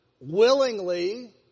willingly